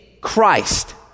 Christ